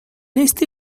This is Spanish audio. este